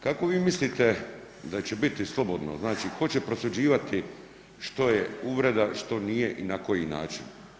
Kako vi mislite da će biti slobodno, znači tko će prosuđivati što je uvreda, što nije i na koji način?